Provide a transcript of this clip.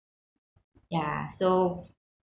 yeah so